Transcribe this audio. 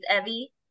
Evie